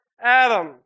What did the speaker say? Adam